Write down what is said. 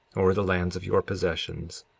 or the land of your possessions,